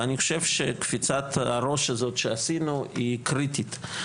ואני חושב שקפיצת הראש הזאת שעשינו היא קריטית.